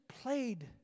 played